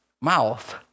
mouth